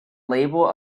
label